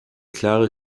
klare